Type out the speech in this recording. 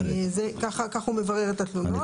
כך הוא מברר את התלונות.